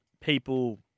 people